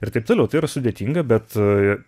ir taip toliau tai yra sudėtinga bet